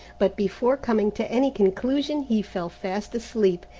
but before coming to any conclusion he fell fast asleep.